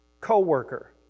co-worker